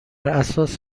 اساس